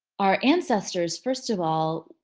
our ancestors, first of all,